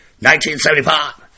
1975